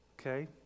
Okay